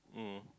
mm